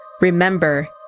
remember